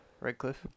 Redcliffe